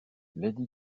lady